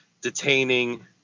detaining